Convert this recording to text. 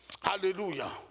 hallelujah